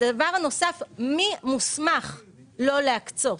הדבר הנוסף הוא מי מוסמך לא להקצות.